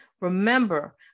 Remember